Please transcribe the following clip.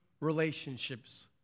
relationships